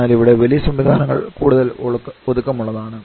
എന്നാൽ ഇവിടെ വലിയ സംവിധാനങ്ങൾ കൂടുതൽ ഒതുക്കമുള്ളതാണ്